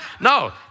No